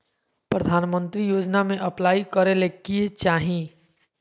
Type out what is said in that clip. प्रधानमंत्री योजना में अप्लाई करें ले की चाही?